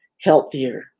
healthier